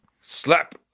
Slap